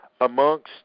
amongst